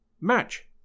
Match